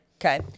okay